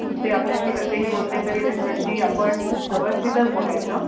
ते आपल्याशी कसेही बोलले तरी त्यांच्याशी आपण व्यवस्थितच बोलायचं